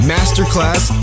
Masterclass